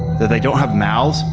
that they don't have mouths,